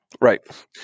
right